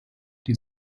die